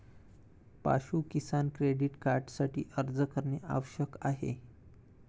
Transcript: पाशु किसान क्रेडिट कार्डसाठी अर्ज करणे आवश्यक आहे